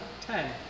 ten